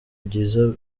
byiza